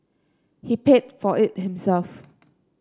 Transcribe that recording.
he paid for it himself